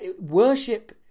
worship